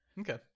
Okay